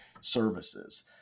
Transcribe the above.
services